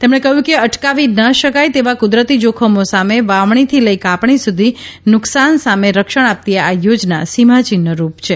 તેમણે કહ્યું કે અટકાવી ના શકાય તેવા કુદરતી જોખમો સામે વાવણીથી લઇ કાપણી સુધી નુકશાન સામે રક્ષણ આપતી આ યોજના સીમાચિહ્ન રૂપ છે